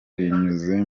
binyuze